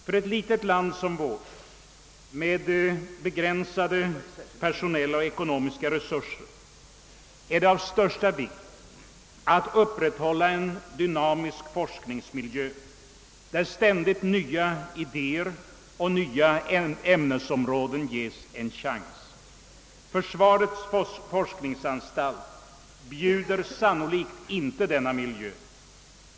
För ett litet land som vårt, med begränsade personella och ekonomiska resurser, är det av största vikt att upprätthålla en dynamisk forskningsmiljö, där ständigt nya idéer och nya ämnesområden ges en chans. Försvarets forskningsanstalt bjuder sannerligen inte denna miljö.